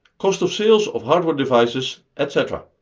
cost of sales of hardware devices, etc.